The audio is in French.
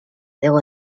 zéro